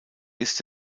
ist